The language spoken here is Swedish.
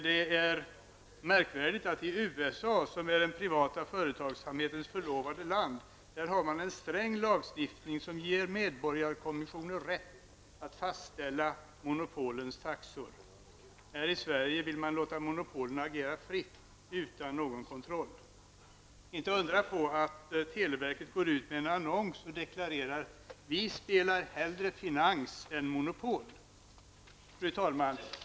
Det är märkligt att i USA -- som är den privata företagsamhetens förlovade land -- har man en sträng lagstifting som ger medborgarkommissioner rätt att fastställa monopolens taxor. Här i Sverige vill man låta monopolen agera fritt utan kontroll. Det är inte att undra på att televerket går ut i annons och deklarerar: ''Vi spelar hellre finans än monopol''. Fru talman!